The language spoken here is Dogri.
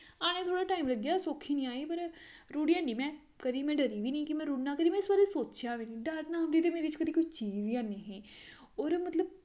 आने गी थोह्ड़ा टैम लग्गेआ सौखी निं आई पर रुढ़ी निं में ते कदें डरी बी निं कि में रुढ़ना कदें में सोचेआ बी निं डर नाम दी ते मेरे बिच्च कोई चीज गै निं ही और मतलब